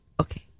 Okay